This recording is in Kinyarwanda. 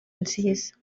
nziza